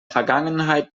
vergangenheit